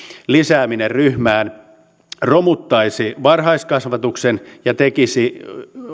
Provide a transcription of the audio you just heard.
lisääminen ryhmään romuttaisi varhaiskasvatuksen ja tekisi